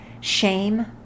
Shame